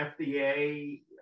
FDA